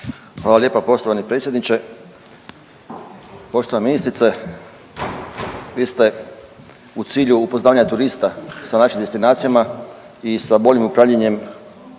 Hvala lijepa poštovani predsjedniče. Poštovana ministrice. Vi ste u cilju upoznavanja turista s našim destinacijama i sa boljim upravljanjem